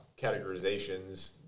categorizations